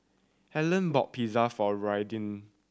Hellen bought Pizza for Raiden